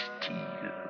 steel